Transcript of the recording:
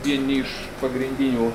vieni iš pagrindinių